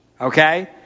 Okay